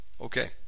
Okay